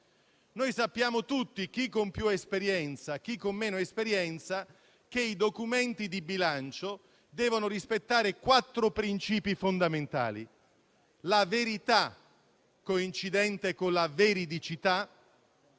Sappiamo tutti, chi con più esperienza chi con meno esperienza, che i documenti di bilancio devono rispettare quattro principi fondamentali: la verità, coincidente con la veridicità;